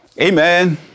Amen